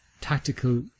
tactical